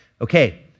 Okay